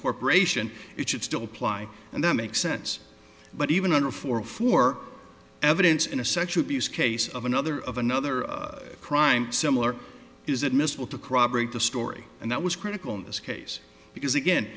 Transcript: corporation it should still apply and that makes sense but even under four for evidence in a sexual abuse case of another of another crime similar is admissible to corroborate the story and that was critical in this case because again